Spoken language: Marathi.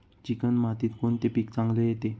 चिकण मातीत कोणते पीक चांगले येते?